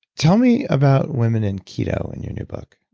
tell me about women in keto in your new book